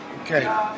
Okay